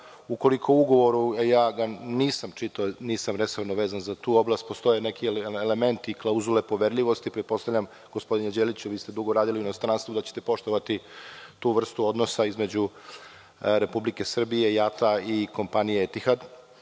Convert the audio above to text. Ukoliko u ugovoru, a nisam ga čitao, nisam resorno vezan za tu oblast, postoje neki elementi i klauzule poverljivosti. Pretpostavljam gospodine Đeliću vi ste dugo vremena radili u inostranstvu da ćete poštovati tu vrstu odnosa između Republike Srbije, JAT-a i kompanije Etihad